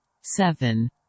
seven